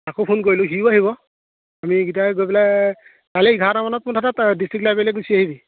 তাকো ফোন কৰিলো সিও আহিব আমিকেইটা গৈ পেলাই কালি এঘাৰটামানত মুঠতে ডিষ্ট্ৰিক্ট লাইব্ৰেৰীলৈ গুচি আহিবি